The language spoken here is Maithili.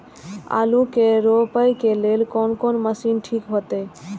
आलू के रोपे के लेल कोन कोन मशीन ठीक होते?